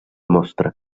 mostra